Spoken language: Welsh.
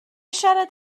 siarad